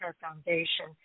Foundation